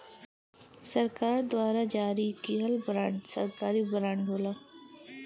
सरकार द्वारा जारी किहल बांड सरकारी बांड होला